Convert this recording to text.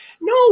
no